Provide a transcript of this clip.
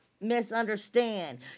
misunderstand